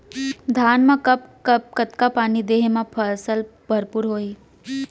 धान मा कब कब कतका पानी देहे मा फसल भरपूर होही?